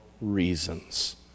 reasons